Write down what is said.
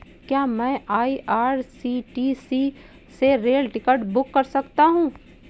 क्या मैं आई.आर.सी.टी.सी से रेल टिकट बुक कर सकता हूँ?